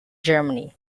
germany